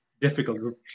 difficult